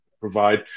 provide